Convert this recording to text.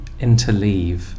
interleave